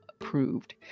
approved